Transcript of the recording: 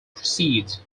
precedes